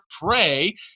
pray